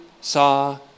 saw